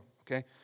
okay